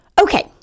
Okay